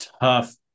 tough